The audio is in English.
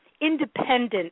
independent